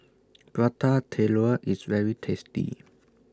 Prata Telur IS very tasty